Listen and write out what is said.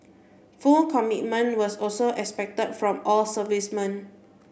full commitment was also expect from all servicemen